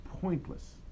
pointless